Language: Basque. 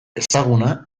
ezaguna